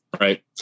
right